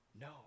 No